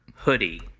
hoodie